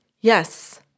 yes